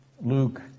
Luke